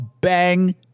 bang